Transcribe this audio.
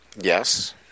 Yes